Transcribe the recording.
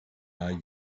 are